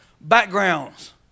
backgrounds